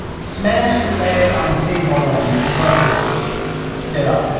smashed the egg on the table and look it it stood up.